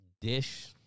Dish